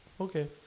okay